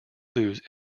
lose